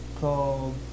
called